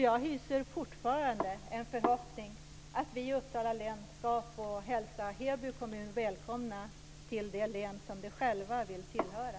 Jag hyser därför fortfarande en förhoppning om att vi i Uppsala län ska få hälsa Heby kommun välkomna till det län som de själva vill tillhöra.